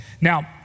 Now